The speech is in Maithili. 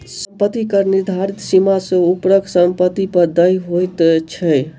सम्पत्ति कर निर्धारित सीमा सॅ ऊपरक सम्पत्ति पर देय होइत छै